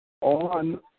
on